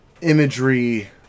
imagery